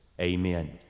amen